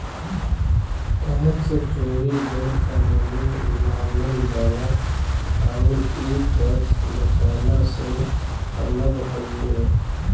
tax चोरी गैर कानूनी मानल जाला आउर इ टैक्स बचाना से अलग हउवे